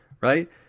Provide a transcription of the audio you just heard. right